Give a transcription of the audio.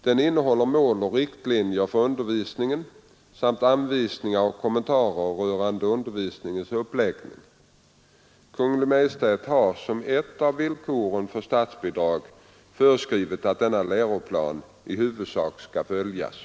Den innehåller mål och riktlinjer för undervisningen samt anvisningar och kommentarer rörande undervisningens uppläggning. Kungl. Maj:t har som ett av villkoren för statsbidrag föreskrivit att denna läroplan i huvudsak skall följas.